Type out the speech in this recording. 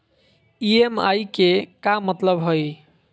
EMI के का मतलब हई?